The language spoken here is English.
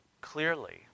clearly